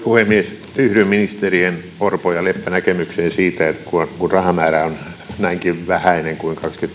puhemies yhdyn ministerien orpo ja leppä näkemykseen kun kun rahamäärä on näinkin vähäinen kuin